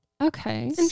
okay